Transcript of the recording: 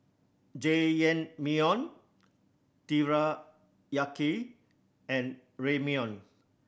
Jajangmyeon Teriyaki and Ramyeon